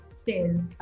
stairs